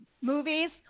movies